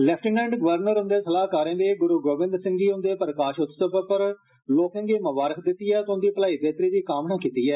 lieutenant governor ह्न्दे सलाहकारें बी ग्रु गोविंद सिंह जी ह्न्दे प्रकाश उत्सव पर लोके गी मुंबारख दिती ऐ ते उन्दी भलाई बेहतरी दी कामना कीती ऐ